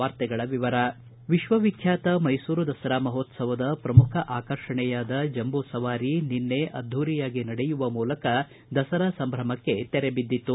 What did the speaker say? ವಾರ್ತೆಗಳ ವಿವರ ವಿಕ್ವ ವಿಖ್ಣಾತ ಮೈಸೂರು ದಸರಾ ಮಹೋತ್ತವದ ಪ್ರಮುಖ ಆಕರ್ಷಣೆಯಾದ ಜಂಬೂ ಸವಾರಿ ನಿನ್ನೆ ಅದ್ದೂರಿಯಾಗಿ ನಡೆಯುವ ಮೂಲಕ ದಸರಾ ಸಂಭ್ರಮಕ್ಕೆ ತೆರೆ ಬಿದ್ದಿತು